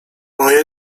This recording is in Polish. moje